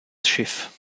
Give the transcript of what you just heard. schiff